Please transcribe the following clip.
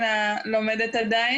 עדיין לומדת.